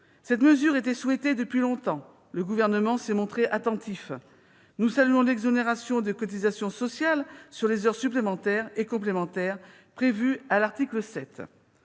Cette mesure était souhaitée depuis longtemps. Le Gouvernement s'est montré attentif. Nous saluons également l'exonération de cotisations sociales sur les heures supplémentaires et complémentaires, prévue à l'article 7.